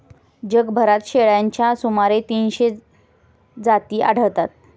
जगभरात शेळ्यांच्या सुमारे तीनशे जाती आढळतात